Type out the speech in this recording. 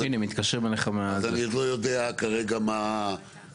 אז אני עוד לא יודע כרגע מה --- אבל